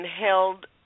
held